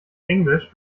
englisch